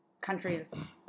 countries